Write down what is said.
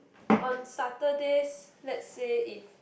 on Saturdays let's say if